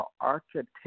architect